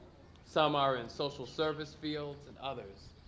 some are in social service fields and others.